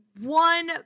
one